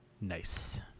Nice